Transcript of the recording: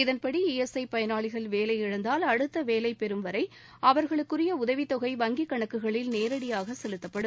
இதன்படி ஈஎஸ்ஐ பயனாளிகள் வேலை இழந்தால் அடுத்த வேலை பெறும் வரை அவர்களுக்குரிய உதவித் தொகை வங்கிக் கணக்குகளில் நேரடியாக செலுத்தப்படும்